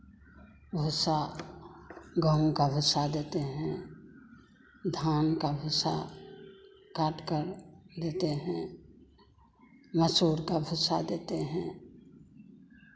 भूसा गेहूं का भूसा देते हैं धान का भूसा काटकर देते हैं मसूर का भूसा देते हैं